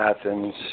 Athens